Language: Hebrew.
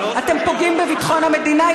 אתם פוגעים בביטחון המדינה.